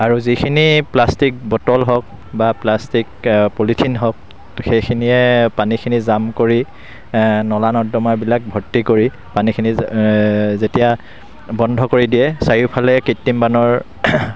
আৰু যিখিনি plastic bottle হওক বা প্লাষ্টিক পলিথিন হওক সেইখিনিয়ে পানীখিনি জাম কৰি নলা নৰ্দমাবিলাক ভৰ্তি কৰি পানীখিনি যেতিয়া বন্ধ কৰি দিয়ে চাৰিওফালে কৃত্ৰিম বানৰ